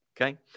Okay